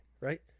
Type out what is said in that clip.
right